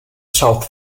south